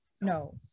No